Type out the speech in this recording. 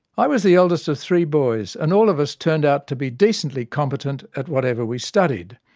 i was the eldest of three boys, and all of us turned out to be decently competent at whatever we studied,